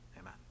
Amen